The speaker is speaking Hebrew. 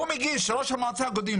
ראש המועצה הקודם,